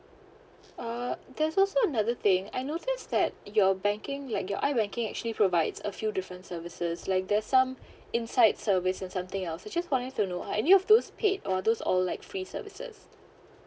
err there's also another thing I noticed that your banking like your I banking actually provides a few different services like there's some insight services something else I just wanted to know are any of those paid or those all like free services